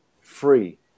free